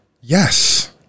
Yes